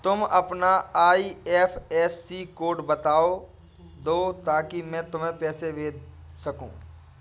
तुम अपना IFSC code बता दो ताकि मैं तुमको पैसे भेज सकूँ